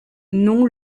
nom